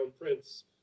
prince